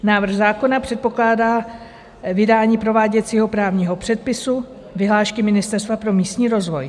Návrh zákona předpokládá vydání prováděcího právního předpisu vyhlášky Ministerstva pro místní rozvoj.